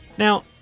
Now